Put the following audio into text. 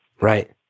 Right